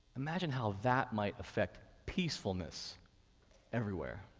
imagine how that might affect peacefulness everywhere.